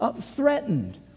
threatened